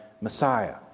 Messiah